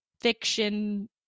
fiction